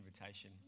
invitation